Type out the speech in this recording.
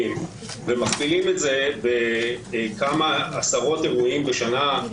ומכפילים את זה בכמה עשרות אירועים בשנה,